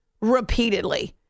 repeatedly